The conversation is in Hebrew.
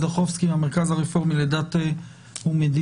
עוה"ד אורלי ארז לחובסקי מהמרכז הרפורמי לדת ומדינה,